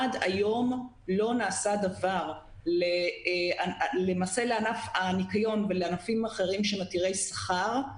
עד היום לא נעשה דבר למעשה לענף הניקיון וענפים אחרים שהם עתירי שכר.